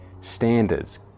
standards